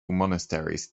monasteries